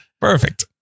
Perfect